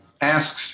asks